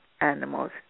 animals